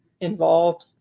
involved